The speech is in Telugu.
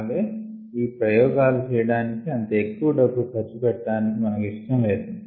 అలాగే ఈ ప్రయోగాలు చేయడానికి అంత ఎక్కువ డబ్బు ఖర్చు పెట్టడానికి మనకు ఇష్టం లేదు